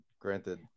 granted